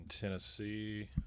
Tennessee